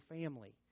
family